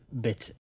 bit